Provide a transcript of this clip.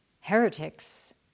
heretics